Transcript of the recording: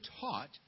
taught